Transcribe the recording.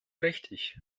trächtig